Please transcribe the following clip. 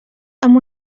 amb